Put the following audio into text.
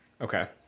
Okay